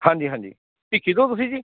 ਹਾਂਜੀ ਹਾਂਜੀ ਭਿੱਖੀ ਤੋਂ ਤੁਸੀਂ ਜੀ